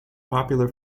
popular